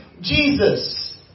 Jesus